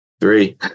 three